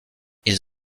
ils